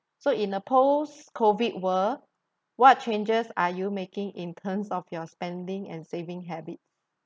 so in a post COVID world what changes are you making in terms of your spending and saving habit